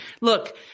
look